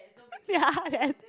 ya then